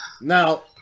Now